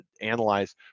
analyze